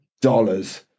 dollars